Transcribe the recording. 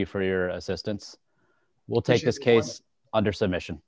you for your assistance will take this case under submission